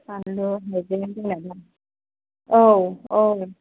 बानलु थाइबें जोगोमारजों औ औ